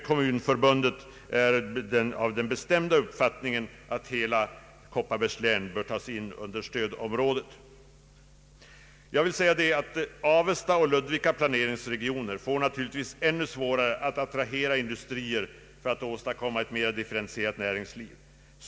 Kommunförbundet är av den bestämda uppfattningen att hela Kopparbergs län bör tas in under stödområdet. Avesta och Ludvika planeringsregioner får nu naturligtvis ännu svårare att attrahera industrier för att åstadkomma ett mer differentierat näringsliv.